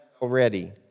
already